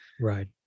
right